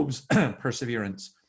perseverance